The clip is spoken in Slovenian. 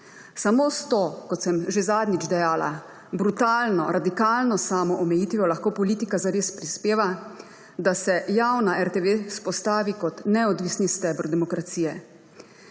Samo s to, kot sem že zadnjič dejala, brutalno radikalno samoomejitvijo lahko politika zares prispeva, da se javna RTV vzpostavi kot neodvisni steber demokracije.